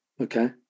okay